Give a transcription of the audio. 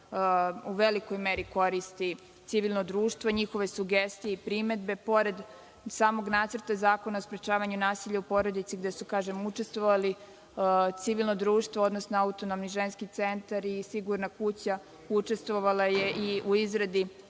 u velikoj meri koristi civilno društvo, njihove sugestije i primedbe. Pored samog nacrta Zakona o sprečavanju nasilja u porodici gde su, kažem, učestvovali civilno društvo, odnosno Autonomni ženski centar i Sigurna kuća, učestvovala je i u izradi